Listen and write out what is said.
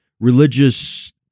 Religious